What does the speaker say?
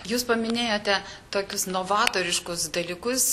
jūs paminėjote tokius novatoriškus dalykus